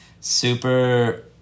super